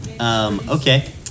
Okay